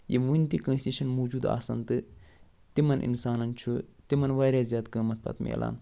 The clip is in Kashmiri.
یِم وٕنہِ تہِ کٲنٛسہِ نِش چھِنہٕ موٗجوٗد آسن تہٕ تِمن اِنسانن چھُ تِمن وارِیاہ زیادٕ قۭمتھ پتہٕ مِلان